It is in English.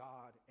God